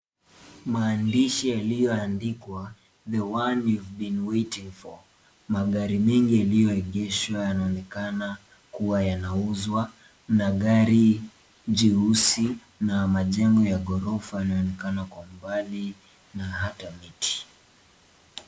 Maandishi yaliyoandikwa The one you have been waiting for .Magari mengi yaliyoegeshwa yanaonekana kuwa yanauzwa na gari jeusi na majengo ya gorofa yanaonekana kwa umbali na hata miti.